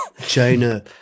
China